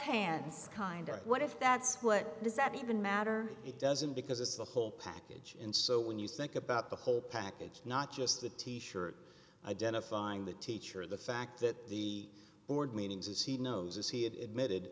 hands kind of what if that's what does that even matter it doesn't because it's the whole package and so when you think about the whole package not just the t shirt identifying the teacher the fact that the board meetings as he knows as he admitted